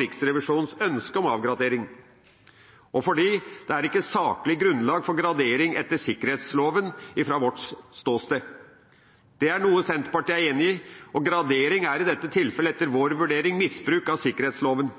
Riksrevisjonen har et ønske om avgradering, og fordi det ikke er saklig grunnlag for gradering etter sikkerhetsloven, sett fra vårt ståsted. Det er noe Senterpartiet er enig i, og gradering er i dette tilfellet etter vår vurdering misbruk av sikkerhetsloven.